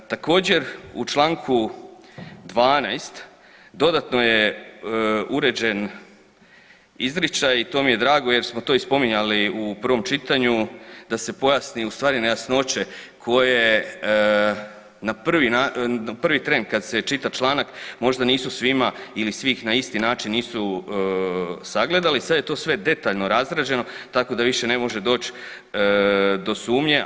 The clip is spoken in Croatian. Također u čl. 12. dodatno je uređen izričaj i to mi je drago jer smo to spominjali u prvom čitanju da se pojasne ustvari nejasnoće koje na prvi tren kada se čita članak možda nisu svima ili svi ih na isti način nisu sagledali, sada je to sve detaljno razrađeno tako da više ne može doć do sumnje.